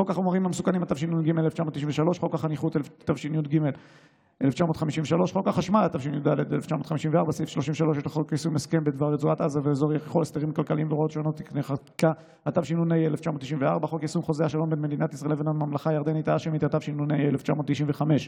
42. חוק החומרים המסוכנים, התשנ"ג 1993,